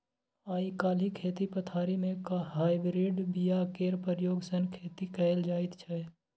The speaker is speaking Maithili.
आइ काल्हि खेती पथारी मे हाइब्रिड बीया केर प्रयोग सँ खेती कएल जाइत छै